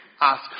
ask